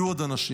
יהיו עוד אנשים.